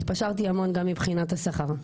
התפשרתי המון גם מבחינת השכר.